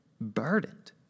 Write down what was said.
burdened